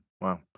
wow